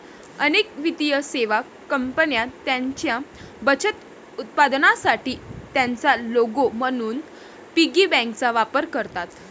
अनेक वित्तीय सेवा कंपन्या त्यांच्या बचत उत्पादनांसाठी त्यांचा लोगो म्हणून पिगी बँकांचा वापर करतात